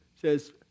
says